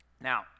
Now